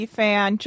fan